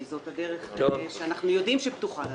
זאת הדרך שאנחנו יודעים שפתוחה בפנינו.